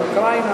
אבל אוקראינה,